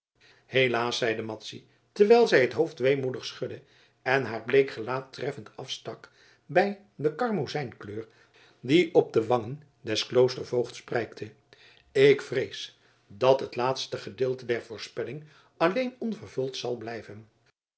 helaas zeide madzy terwijl zij het hoofd weemoedig schudde en haar bleek gelaat treffend afstak bij de karmozijnkleur die op de wangen des kloostervoogds prijkte ik vrees dat het laatste gedeelte der voorspelling alleen onvervuld zal blijven